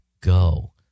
go